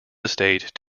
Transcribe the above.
estate